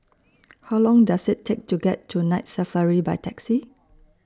How Long Does IT Take to get to Night Safari By Taxi